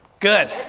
good.